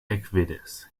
ekvidis